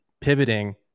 pivoting